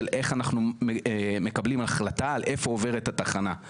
איך אנחנו מקבלים החלטה על איפה עוברת התחנה.